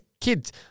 kids